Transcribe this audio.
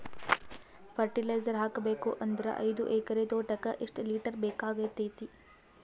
Fertiliser ಹಾಕಬೇಕು ಅಂದ್ರ ಐದು ಎಕರೆ ತೋಟಕ ಎಷ್ಟ ಲೀಟರ್ ಬೇಕಾಗತೈತಿ?